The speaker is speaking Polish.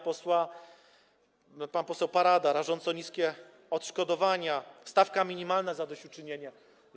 Pan poseł Parda - rażąco niskie odszkodowania, stawka minimalna zadośćuczynienia.